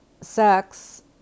sex